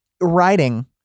writing